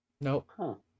Nope